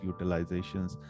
utilizations